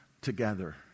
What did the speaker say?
together